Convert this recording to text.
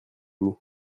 vous